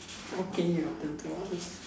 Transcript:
okay your turn to ask